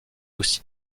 aussi